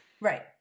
right